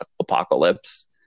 apocalypse